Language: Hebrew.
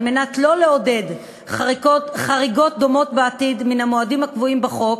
כדי שלא לעודד חריגות דומות בעתיד מן המועדים הקבועים בחוק,